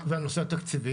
ומה בדבר הנושא התקציבי?